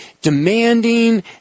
demanding